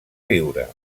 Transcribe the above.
viure